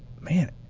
man